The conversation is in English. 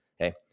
okay